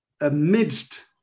amidst